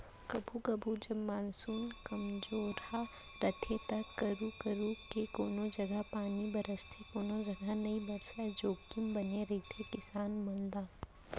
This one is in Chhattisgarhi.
कभू कभू जब मानसून कमजोरहा रथे तो करू करू के कोनों जघा पानी बरसथे कोनो जघा नइ बरसय जोखिम बने रहिथे किसान मन ला